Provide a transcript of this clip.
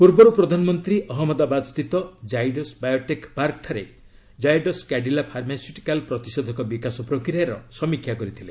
ପୂର୍ବରୁ ପ୍ରଧାନମନ୍ତ୍ରୀ ଅହଞ୍ଚମଦାବାଦସ୍ଥିତ କ୍ଟାଇଡସ୍ ବାୟୋଟେକ୍ ପାର୍କଠାରେ କାଇଡସ୍ କାଡିଲା ଫାର୍ମାସ୍ୟୁଟିକାଲ୍ ପ୍ରତିଷେଧକ ବିକାଶ ପ୍ରକ୍ରିୟାର ସମୀକ୍ଷା କରିଥିଲେ